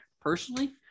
personally